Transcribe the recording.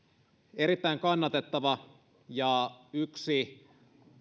erittäin kannatettava ja yksi